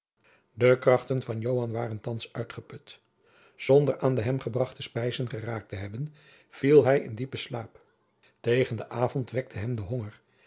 de krachten van joan waren thands uitgeput zonder aan de hem gebrachte spijzen geraakt te hebben viel hij in diepen slaap tegen den avond wekte hem de honger